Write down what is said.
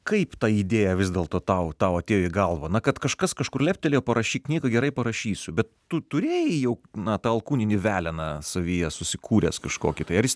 kaip ta idėja vis dėlto tau tau atėjo į galvą na kad kažkas kažkur leptelėjo parašyk knygą gerai parašysiu bet tu turėjai jau na tą alkūninį veleną savyje susikūręs kažkokį tai ar jis